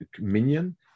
minion